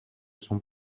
son